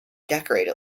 decorated